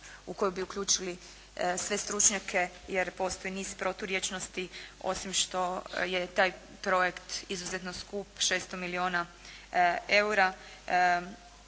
u koju bi uključili sve stručnjake, jer postoji niz proturječnosti osim što je taj projekt izuzetno skup – 600 milijuna eura.